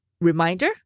reminder